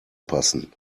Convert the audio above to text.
passen